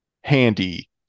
handy